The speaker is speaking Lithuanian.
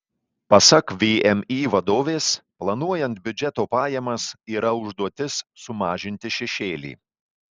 pasak vmi vadovės planuojant biudžeto pajamas yra užduotis sumažinti šešėlį